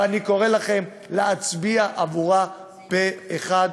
ואני קורא לכם להצביע עבורה פה אחד,